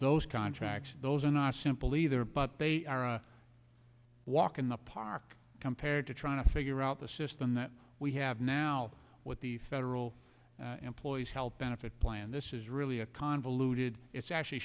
those contracts those are not simple either but they are a walk in the park compared to trying to figure out the system that we have now with the federal employees health benefit plan this is really a hooted it's actually